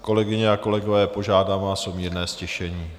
Kolegyně a kolegové, požádám vás o mírné ztišení.